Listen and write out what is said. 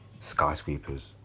skyscrapers